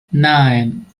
nine